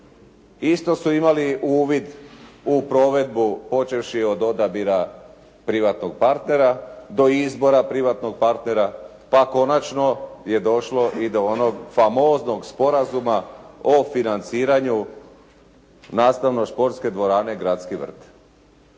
Isto su imali uvid u provedbu počevši od odabira privatnog partnera do izbora privatnog partnera pa konačno je došlo i do onog famoznog sporazuma o financiranju nastavno športske dvorane "Gradski vrt"